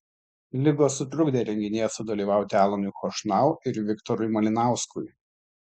ligos sutrukdė renginyje sudalyvauti alanui chošnau ir viktorui malinauskui